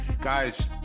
Guys